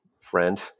friend